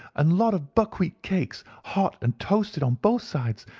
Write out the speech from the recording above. and a lot of buckwheat cakes, hot, and toasted on both sides,